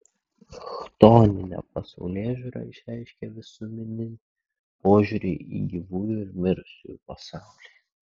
chtoninė pasaulėžiūra išreiškia visuminį požiūrį į gyvųjų ir mirusiųjų pasaulį